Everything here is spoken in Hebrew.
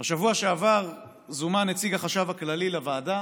בשבוע שעבר זומן נציג החשב הכללי לוועדה